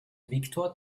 victor